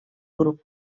grup